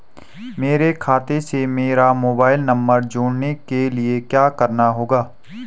मेरे खाते से मेरा मोबाइल नम्बर जोड़ने के लिये क्या करना होगा?